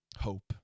hope